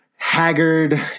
haggard